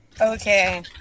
Okay